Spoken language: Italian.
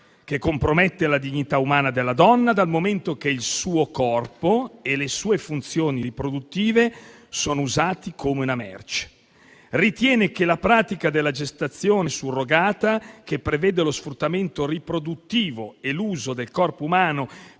che compromette la dignità umana della donna dal momento che il suo corpo e le sue funzioni riproduttive sono utilizzati come una merce. E lo fa ritenendo che la pratica della gestazione surrogata, che prevede lo sfruttamento riproduttivo e l'uso del corpo umano